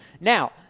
Now